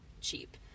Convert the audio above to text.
cheap